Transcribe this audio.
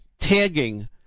tagging